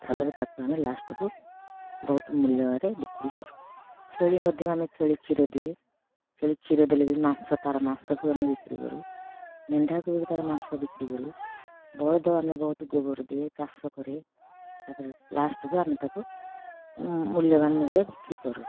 ତା'ପରେ ଆମେ ତାକୁ ଲାଷ୍ଟକୁ ବହୁତ ମୂଲ୍ୟରେ ବିକ୍ରି କରୁ ଛେଳି ମଧ୍ୟ ଆମେ କ୍ଷୀର ଦିଏ ଛେଳି କ୍ଷୀର ଦେଲେ ବି ମାଂସ ତାର ମାଂସକୁ ଆମେ ବିକ୍ରି କରୁ ମେଣ୍ଢାକୁ ବି ତାର ମାଂସ ବିକ୍ରି କରୁ ବଳଦ ଆମକୁ ବହୁତ ଗୋବର ଦିଏ ଚାଷ କରେ ତା'ପରେ ଲାଷ୍ଟକୁ ଆମେ ତାକୁ ମୂଳ୍ୟବାନରେ ବିକ୍ରି କରୁ